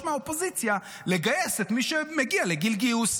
מהאופוזיציה לגייס את מי שמגיע לגיל גיוס.